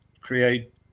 create